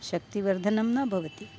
शक्तिवर्धनं न भवति